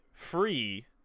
Free